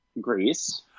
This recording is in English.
Greece